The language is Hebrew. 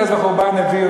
איזה הרס וחורבן הביאו,